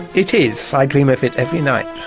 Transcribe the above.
it is, i dream of it every night.